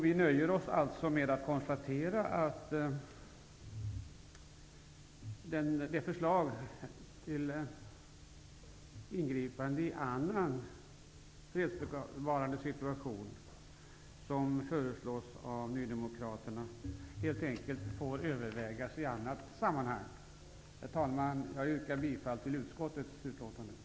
Vi nöjer oss med att konstatera att Ny demokratis förslag om att ingripa i annan fredsbevarande situation får övervägas i ett annat sammanhang. Herr talman! Jag yrkar bifall till utskottets hemställan. Mom. 2